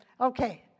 Okay